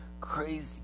crazy